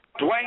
Dwayne